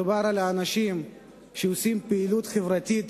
מדובר על אנשים שעושים פעילות חברתית